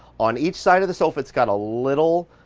on each side of the sofa it's got a little